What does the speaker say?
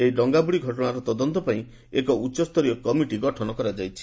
ଏହି ଡଙ୍ଗାବୁଡ଼ି ଘଟଣାର ତଦନ୍ତ ପାଇଁ ଏକ ଉଚ୍ଚସ୍ତରୀୟ କମିଟି ଗଠନ କରାଯାଇଛି